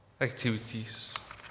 activities